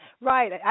Right